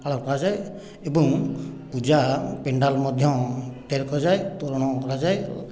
ପାଳନ କରାଯାଏ ଏବଂ ପୂଜା ପେଣ୍ଡାଲ ମଧ୍ୟ ତିଆରି କରାଯାଏ ତ୍ଵରଣ କରାଯାଏ